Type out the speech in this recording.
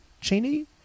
Cheney